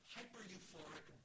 hyper-euphoric